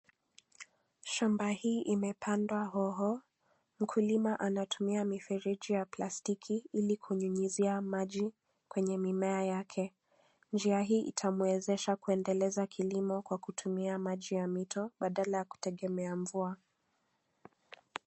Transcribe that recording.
Shamba hii imepandwa hoho, mkulima anatumia mifereji ya plastiki ili kunyunyizia maji, kwenye mimea yake, njia hii itamwezesha kuendeleza kilimo kwa kutumia maji ya mito badala yakutegemea mvua.